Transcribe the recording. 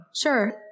Sure